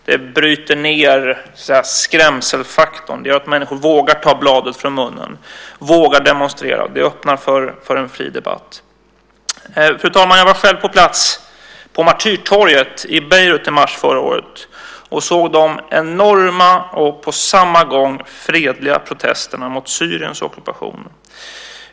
Det bryter ned skrämselfaktorn. Det gör att människor vågar ta bladet från munnen och vågar demonstrera. Det öppnar för en fri debatt. Fru talman! Jag var själv på plats på Martyrtorget i Beirut i mars förra året och såg de enorma och på samma gång fredliga protesterna mot Syriens ockupation.